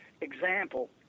example